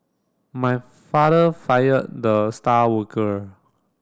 my father fired the star worker